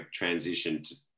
transitioned